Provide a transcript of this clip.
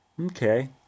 Okay